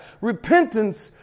Repentance